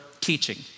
teaching